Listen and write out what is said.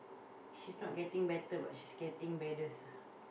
she's not getting better but she's getting baddest ah